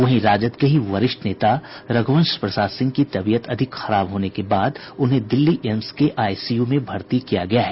वहीं राजद के ही वरिष्ठ नेता रघूवंश प्रसाद सिंह की तबीयत अधिक खराब होने के बाद उन्हें दिल्ली एम्स के आईसीयू में भर्ती किया गया है